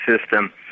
system